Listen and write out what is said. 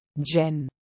Jen